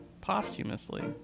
Posthumously